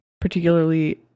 particularly